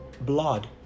blood